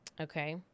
Okay